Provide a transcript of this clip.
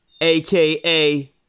AKA